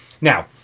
Now